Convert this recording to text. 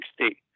60